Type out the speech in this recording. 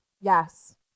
yes